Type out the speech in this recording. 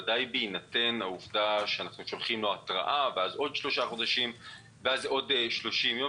בוודאי בהינתן העובדה שאנחנו שולחים לו התראה ואז ממתינים עוד 30 ימים.